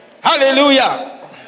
Hallelujah